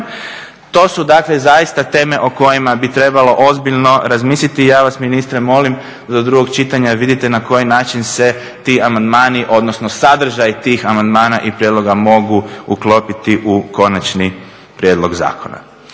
to su teme o kojima bi trebalo ozbiljno razmisliti i ja vas ministre molim do drugog čitanja vidite na koji način se ti amandmani odnosno sadržaj tih amandmana i prijedloga mogu uklopiti u konačni prijedlog zakona.